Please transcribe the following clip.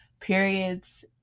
periods